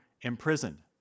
imprisoned